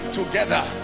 together